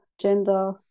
gender